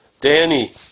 danny